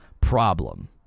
problem